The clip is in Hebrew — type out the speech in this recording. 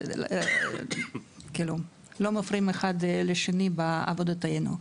כאילו לא מפריעים אחד לשני בעבודתנו.